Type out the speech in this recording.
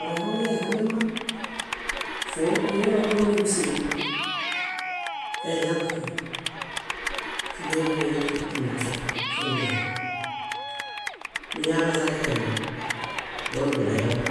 Orẽho íi ehamemaŋ, fóo íi eloholo níġuseehi. Eyaḃakara. Źínoreli emafe, suninźehem. Niyaḃazaġirainźe, buniḃuɭedomi;